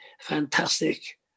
fantastic